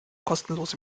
kostenlos